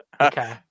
Okay